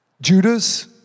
Judas